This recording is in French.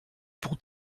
pour